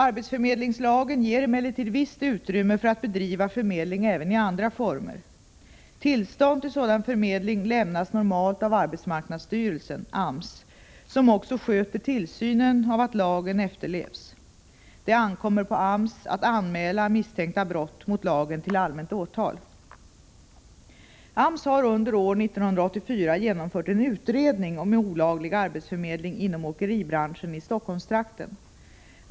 Arbetsförmedlingslagen ger emellertid visst utrymme för att bedriva förmedling även i andra former. Tillstånd till sådan förmedling lämnas normalt av arbetsmarknadsstyrelsen , som också sköter tillsynen av att lagen efterlevs. Det ankommer på AMS att anmäla misstänkta brott mot lagen till allmänt åtal. AMS har under år 1984 genomfört en utredning om olaglig arbetsförmedling inom åkeribranschen i Stockholmstrakten.